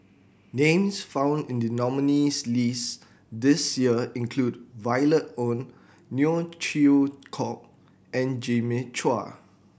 names found in the nominees' list this year include Violet Oon Neo Chwee Kok and Jimmy Chua